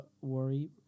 worry